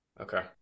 Okay